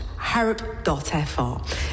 harop.fr